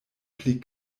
pli